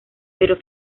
pero